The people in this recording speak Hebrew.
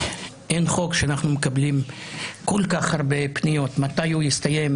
אין חוק שאנחנו מקבלים כל כך הרבה פניות מתי הוא יסתיים,